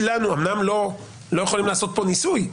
אומנם אנחנו לא יכולים לעשות פה ניסוי,